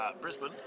Brisbane